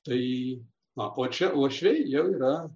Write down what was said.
tai na o čia uošviai jau yra